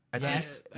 Yes